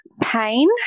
pain